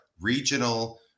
regional